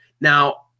now